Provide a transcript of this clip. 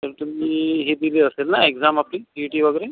तर तुम्ही हे दिली असेल ना एग्झाम आपली सी ई टी वगैरे